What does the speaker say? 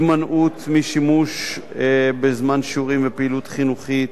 הימנעות משימוש בזמן שיעורים ופעילות חינוכית,